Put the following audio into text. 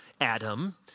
Adam